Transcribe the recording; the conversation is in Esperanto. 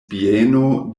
bieno